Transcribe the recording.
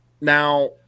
Now